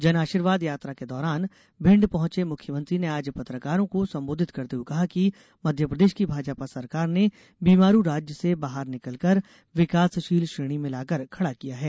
जन आशीर्वाद यात्रा के दौरान भिण्ड पहुंचे मुख्यमंत्री ने आज पत्रकारों को संबोधित करते हुए कहा कि मध्यप्रदेश की भाजपा सरकार ने बीमारू राज्य से बाहर निकालकर विकासशील श्रेणी में लाकर खडा किया है